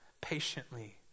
patiently